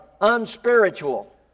unspiritual